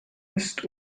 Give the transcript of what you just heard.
ist